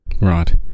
Right